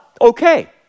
Okay